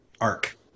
arc